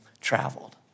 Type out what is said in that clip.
traveled